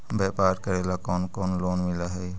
व्यापार करेला कौन कौन लोन मिल हइ?